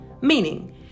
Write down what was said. Meaning